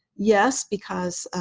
yes, because